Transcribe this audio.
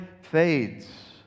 fades